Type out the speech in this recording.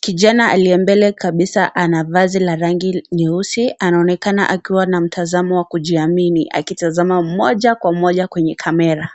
kijana aliye mbele kabisa ana vazi la rangi nyeusi anaonekana akiwa na mtazamo wa kujiamini akitazama moja kwa moja kwenye camera